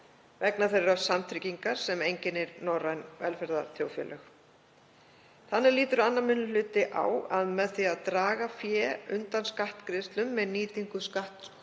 vegna þeirrar samtryggingar sem einkennir norræn velferðarþjóðfélög. Þannig lítur 2. minni hluti á að með því að draga fé undan skattgreiðslum með nýtingu